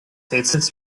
rätsels